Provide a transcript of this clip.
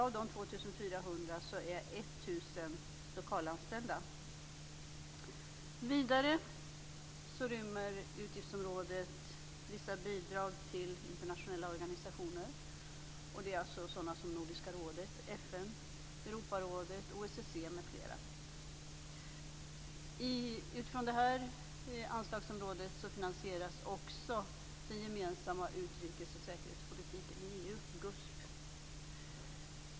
Av dessa 2 400 anställda är 1 000 lokalanställda. Vidare rymmer utgiftsområdet vissa bidrag till internationella organisationer. Det är Nordiska rådet, FN, Europarådet, OSSE m.fl. Utifrån det här anslagsområdet finansieras också den gemensamma utrikesoch säkerhetspolitiken i EU, GUSP.